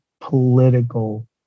political